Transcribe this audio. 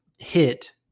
Hit